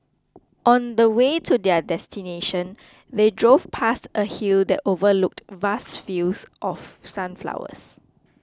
on the way to their destination they drove past a hill that overlooked vast fields of sunflowers